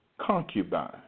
concubine